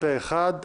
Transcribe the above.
פה-אחד.